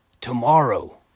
tomorrow